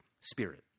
Spirit